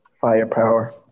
firepower